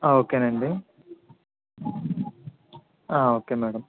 ఓకేనండి okay madam